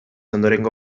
ondorengo